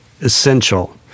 essential